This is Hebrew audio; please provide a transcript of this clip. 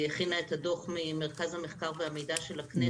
שהחוקרת ממרכז המחקר והמידע של הכנסת